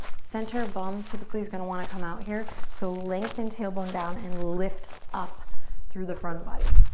center bum typically is gonna want to come out here so lengthen tailbone down and lift up through the front body.